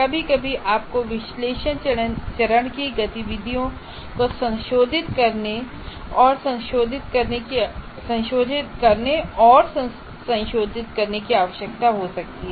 कभी कभी आपको विश्लेषण चरण की गतिविधियों को संशोधित करने और संशोधित करने की आवश्यकता हो सकती है